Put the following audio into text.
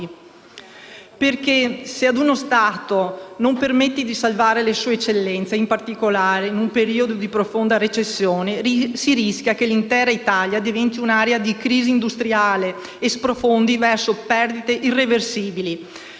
Perché, se ad uno Stato non permetti di salvare le sue eccellenze, in particolare in un periodo di profonda recessione, si rischia che l'intera Italia diventi un'area di crisi industriale e sprofondi verso perdite irreversibili.